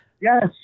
Yes